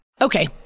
Okay